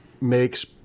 makes